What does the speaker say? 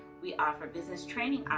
we offer business training